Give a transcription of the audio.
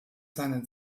seinen